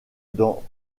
dans